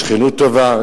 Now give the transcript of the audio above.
בשכנות טובה.